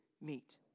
meet